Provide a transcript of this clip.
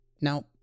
Now